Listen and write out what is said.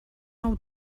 nou